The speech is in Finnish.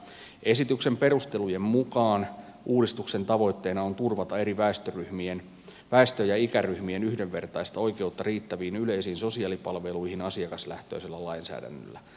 esityksen perustelujen mukaan uudistuksen tavoitteena on turvata eri väestö ja ikäryhmien yhdenvertaista oikeutta riittäviin yleisiin sosiaalipalveluihin asiakaslähtöisellä lainsäädännöllä